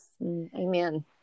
Amen